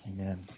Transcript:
Amen